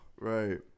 Right